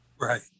right